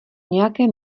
nějaké